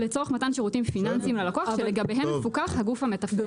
זה לצורך מתן שירותים פיננסיים ללקוח שלגביהם מפוקח הגוף המתפעל.